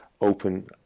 open